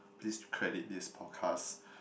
please credit this podcast